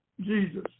Jesus